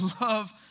love